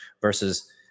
versus